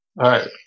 right